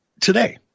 today